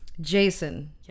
Jason